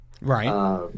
Right